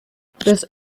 this